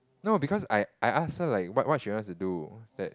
no because I I ask her like what what she wants to do that